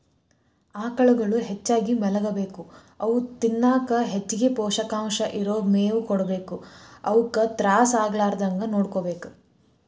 ಆಕಳುಗಳು ಹೆಚ್ಚಾಗಿ ಮಲಗಬೇಕು ಅವು ತಿನ್ನಕ ಹೆಚ್ಚಗಿ ಪೋಷಕಾಂಶ ಇರೋ ಮೇವು ಕೊಡಬೇಕು ಅವುಕ ತ್ರಾಸ ಆಗಲಾರದಂಗ ನೋಡ್ಕೋಬೇಕು